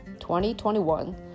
2021